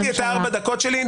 סיימתי את הארבע דקות שלי,